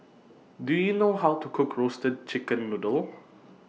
Do YOU know How to Cook Roasted Chicken Noodle